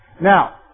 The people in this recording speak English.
Now